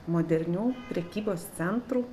modernių prekybos centrų